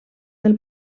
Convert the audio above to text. del